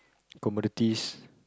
commodities